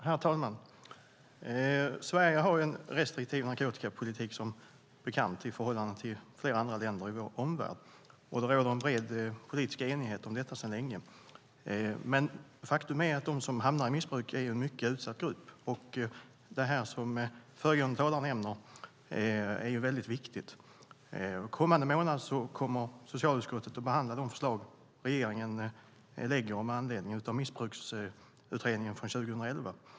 Herr talman! Sverige har som bekant en restriktiv narkotikapolitik i förhållande till flera länder i vår omvärld. Det råder bred politisk enighet om detta sedan länge. Faktum är dock att de som hamnar i missbruk är en mycket utsatt grupp, och det föregående talare nämner är väldigt viktigt. Kommande månad kommer socialutskottet att behandla de förslag regeringen lägger fram med anledning av missbruksutredningen från 2011.